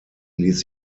ließ